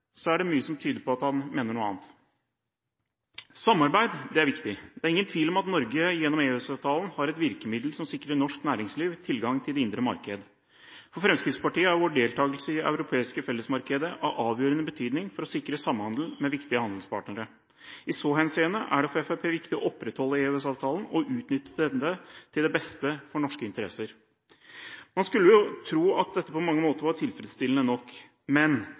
er det mye som tyder på at han mener noe annet. Samarbeid er viktig. Det er ingen tvil om at Norge gjennom EØS-avtalen har et virkemiddel som sikrer norsk næringsliv tilgang til det indre marked. For Fremskrittspartiet er vår deltakelse i det europeiske fellesmarkedet av avgjørende betydning for å sikre samhandel med viktige handelspartnere. I så henseende er det for Fremskrittspartiet viktig å opprettholde EØS-avtalen og utnytte denne til beste for norske interesser. Man skulle jo tro at dette på mange måter var tilfredsstillende nok, men